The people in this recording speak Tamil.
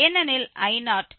ஏனெனில் I0